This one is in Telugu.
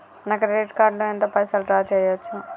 నా క్రెడిట్ కార్డ్ లో ఎంత పైసల్ డ్రా చేయచ్చు?